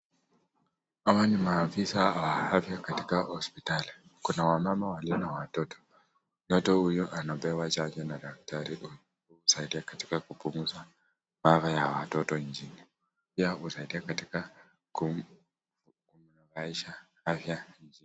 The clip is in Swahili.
Hawa ni maafisa wa afya katika hospitali Kuna wamama walio na watoto , mtoto huyu anapewa chanjo na daktari hili kusaidia kupunguza maafa ya watoto nchini pia kusaidia katika kufuraisha.